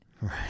right